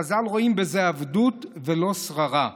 חז"ל רואים בזה עבדות ולא שררה.